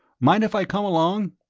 mind if i come along?